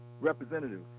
representative